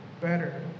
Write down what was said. better